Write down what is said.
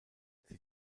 sie